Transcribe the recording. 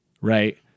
Right